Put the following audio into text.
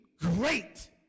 great